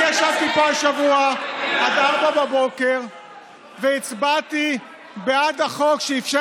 אני ישבתי פה השבוע עד 04:00 והצבעתי בעד החוק שאפשר